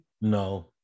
No